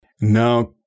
Now